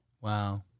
Wow